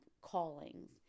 callings